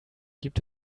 gibt